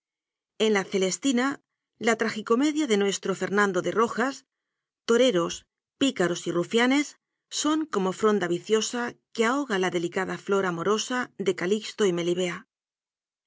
en la celestina la tragicomedia de nuestro fernando de rojas to reros picaros y rufianes son como fronda vicio sa que ahoga la delicada flor amorosa de calixto y melibea en